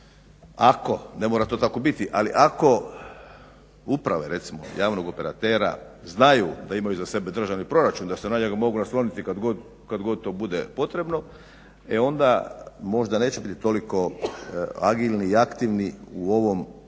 ako ne mora to tako biti, ali ako uprave recimo javnog operatera znaju da imaju iza sebe državni proračun da se na njega mogu osloniti kad god to bude potrebno e onda možda neće bit toliko agilni i aktivni u ovom